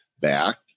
back